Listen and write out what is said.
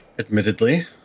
Admittedly